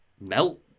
melt